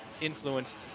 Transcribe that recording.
influenced